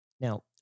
Now